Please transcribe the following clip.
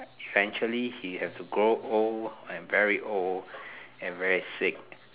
eventually he has to grow old and very old and very sick